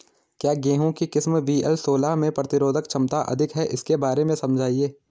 क्या गेहूँ की किस्म वी.एल सोलह में प्रतिरोधक क्षमता अधिक है इसके बारे में समझाइये?